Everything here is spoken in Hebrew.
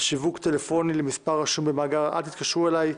שיווק טלפוני למספר הרשום במאגר "אל תתקשרו אלי"),